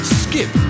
skip